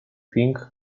pink